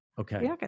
Okay